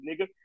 nigga